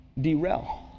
Derail